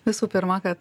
visų pirma kad